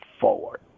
forward